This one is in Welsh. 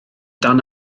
dan